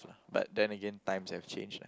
but then again times have changed